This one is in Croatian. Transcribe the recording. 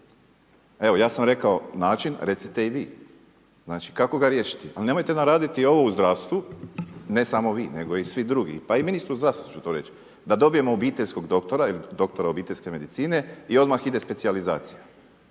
Evo ja sam rekao način, recite i vi. Znači kako ga riješiti? Ali nemojte nam raditi ovo u zdravstvu, ne samo vi, nego i svi drugi, pa i ministru zdravstva ću to reć, da dobijemo obiteljskog doktora, doktora obiteljske medicine i odmah ide specijalizacija.